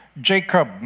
Jacob